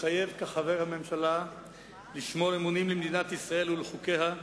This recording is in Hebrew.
מתחייב כחבר הממשלה לשמור אמונים למדינת ישראל ולחוקיה,